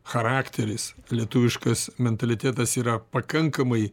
charakteris lietuviškas mentalitetas yra pakankamai